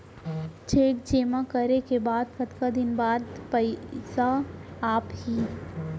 Cheque जेमा करे के कतका दिन बाद पइसा आप ही?